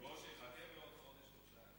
ברושי, חכה עוד חודש-חודשיים.